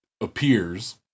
appears